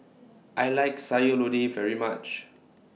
I like Sayur Lodeh very much